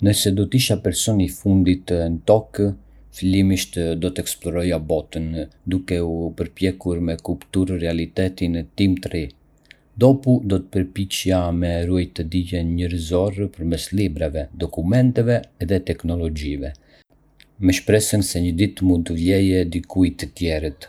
Nëse do të isha personi i fundit në Tokë, fillimisht do të eksploroja botën, duke u përpjekur me kuptue realitetin tim të ri. Dopu, do të përpiqesha me ruajtë dijen njerëzore përmes librave, dokumenteve edhe teknologjive, me shpresën se një ditë mund t’i vlejë dikujt tjetër.